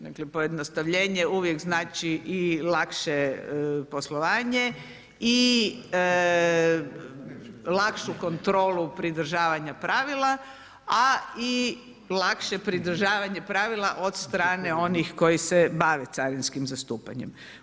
Dakle, pojednostavljenje uvijek znači i lakše poslovanje i lakšu kontrolu pridržavanja pravila, a i lakše pridržavanje pravila od strane onih koji se bave carinskim zastupanjem.